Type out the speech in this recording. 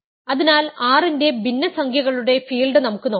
അതിനാൽ R ന്റെ ഭിന്നസംഖ്യകളുടെ ഫീൽഡ് നമുക്ക് നോക്കാം